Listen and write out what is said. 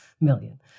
million